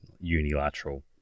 unilateral